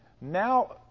now